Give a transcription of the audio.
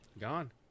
gone